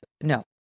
No